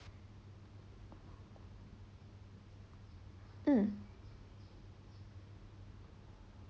mm